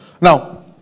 Now